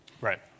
Right